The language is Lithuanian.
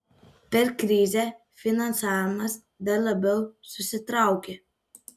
per krizę finansavimas dar labiau susitraukė